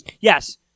Yes